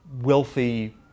wealthy